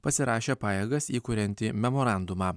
pasirašė pajėgas įkuriantį memorandumą